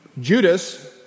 Judas